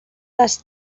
les